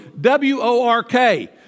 W-O-R-K